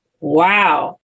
Wow